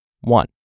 One